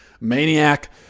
maniac